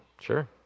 Sure